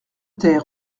ter